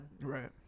Right